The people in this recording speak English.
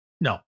No